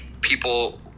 people